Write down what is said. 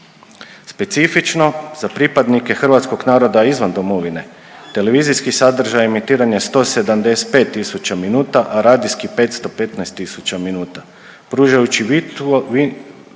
Specifično, za pripadnike hrvatskog naroda izvan domovine, televizijski sadržaj emitiran je 175 tisuća minuta, a radijski 515 tisuća minuta, pružajući vitalnu